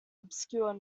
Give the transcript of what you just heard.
obscure